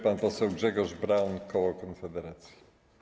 Pan poseł Grzegorz Braun, koło Konfederacji.